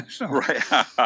Right